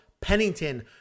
Pennington